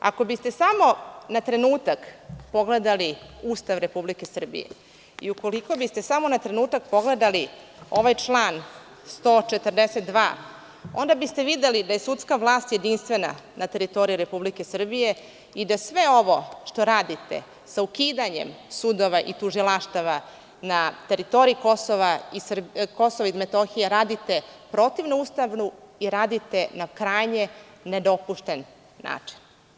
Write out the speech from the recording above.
Ako biste samo na trenutak pogledali Ustav Republike Srbije i ukoliko biste samo na trenutak pogledali ovaj član 142. onda biste videli da je sudska vlast jedinstvena na teritoriji Republike Srbije i da sve ovo što radite sa ukidanjem sudova i tužilaštava na teritoriji Kosova i Metohije radite protivno Ustavu i radite na krajnje nedopušten način.